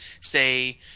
say